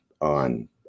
on